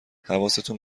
حواستون